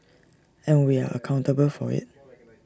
and we are accountable for IT